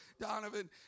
Donovan